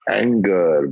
anger